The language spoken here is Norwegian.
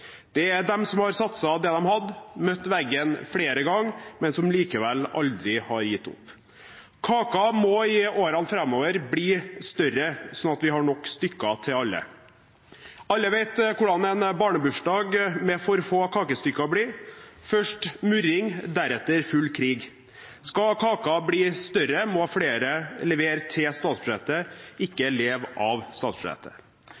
Det er de som har satset det de hadde, og møtt veggen flere ganger, men som likevel aldri har gitt opp. Kaken må i årene framover bli større, sånn at vi har nok stykker til alle. Alle vet hvordan en barnebursdag med for få kakestykker blir: først murring, deretter full krig. Skal kaken bli større, må flere levere til statsbudsjettet,